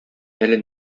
әле